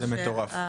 זה מטורף.